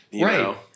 right